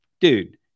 dude